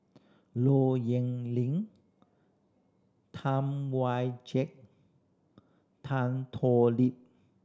Low Yen Ling Tam Wai Jia Tan Thoon Lip